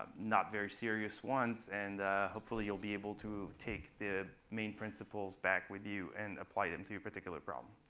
not very serious ones. and hopefully, you'll be able to take the main principles back with you and apply them to your particular problem.